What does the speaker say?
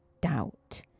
doubt